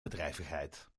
bedrijvigheid